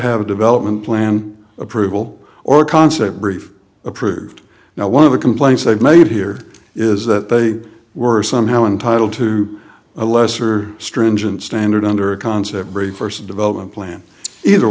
have a development plan approval or concept brief approved now one of the complaints they've made here is that they were somehow entitled to a lesser stringent standard under a concept for a first development plan either